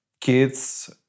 kids